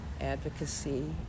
advocacy